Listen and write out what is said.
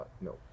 no